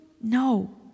No